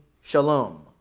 Shalom